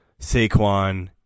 Saquon